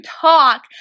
talk